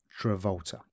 Travolta